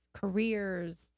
careers